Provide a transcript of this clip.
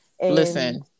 listen